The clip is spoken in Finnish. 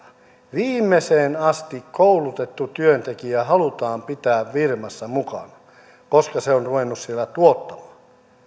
viimeiseen asti koulutettu työntekijä halutaan pitää firmassa mukana koska se on ruvennut siellä tuottamaan